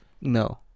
no